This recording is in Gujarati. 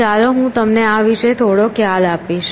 ચાલો હું તમને આ વિશે થોડો ખ્યાલ આપીશ